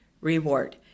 reward